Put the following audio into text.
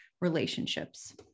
relationships